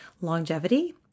Longevity